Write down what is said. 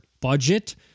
budget